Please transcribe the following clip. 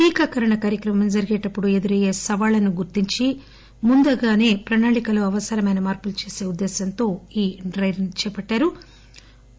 టీకా కరుణ కార్యక్రమం జరిగేటప్పుడు ఎదురయ్యే సవాళ్లను గుర్తించి ముందుగాసే ప్రణాళికలో అవసరమైన మార్పులు చేసే ఉద్దేశంతో ఈ డై రన్ చేపట్టారు